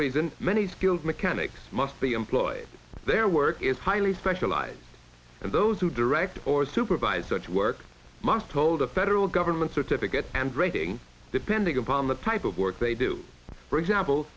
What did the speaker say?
reason many skilled mechanics must be employed their work is highly specialized and those who direct or supervise such work must hold a federal government certificate and rating depending upon the type of work they do for example